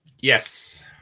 Yes